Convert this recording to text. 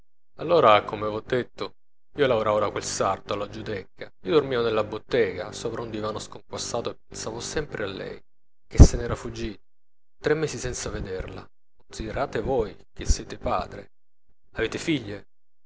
allora come v'ho detto io lavorava da quel sarto alla giudecca io dormiva nella bottega sopra un divano sconquassato e pensavo sempre a lei che se n'era fuggita tre mesi senza vederla considerate voi che siete padre avete figlie